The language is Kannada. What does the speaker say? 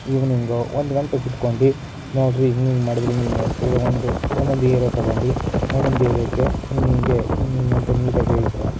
ಇವ್ನಿಂಗೋ ಒಂದು ಗಂಟೆ ಕುತ್ಕೊಂಡು ನೋಡ್ರಿ ಹೀಗೀಗೆ ಮಾಡಿದ್ರೆ ಹೀಗೀಗೆ ಅಂಥೇಳಿ ಒಂದು ಒಂದೊಂದು ಏರಿಯಾ ತೊಗೊಂಡು ಒಂದೊಂದು ಏರಿಯಾಕ್ಕೆ ಹೀಗೀಗೆ ಹೀಗೀಗೆ ಅಂತ ನೀಟಾಗಿ ಹೇಳಿದರೆ